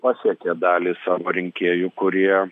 pasiekė dalį savo rinkėjų kurie